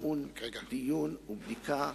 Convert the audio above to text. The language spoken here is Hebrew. טעון דיון ובדיקה,